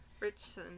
Richson